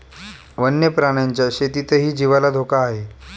वन्य प्राण्यांच्या शेतीतही जीवाला धोका आहे